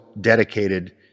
dedicated